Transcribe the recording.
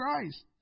Christ